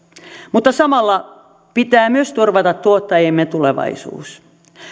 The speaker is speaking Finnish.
mutta samalla pitää myös turvata tuottajiemme tulevaisuus